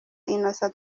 innocent